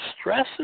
stress